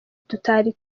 tutari